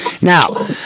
Now